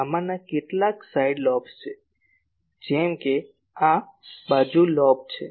આમાંના કેટલાક side lobes છે જેમ કે આ બાજુ લોબ છે